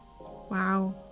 Wow